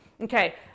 Okay